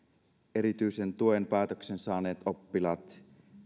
erityisen tuen päätöksen saaneet oppilaat